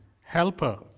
Helper